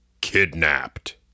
Kidnapped